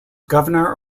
governor